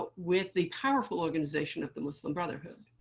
but with the powerful organization of the muslim brotherhood.